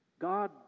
God